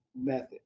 method